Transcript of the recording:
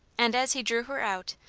and as he drew her out,